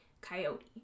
coyote